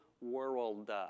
world